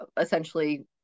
essentially